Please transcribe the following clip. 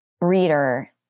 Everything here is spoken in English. reader